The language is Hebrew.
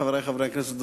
חברי חברי הכנסת,